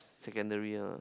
secondary ah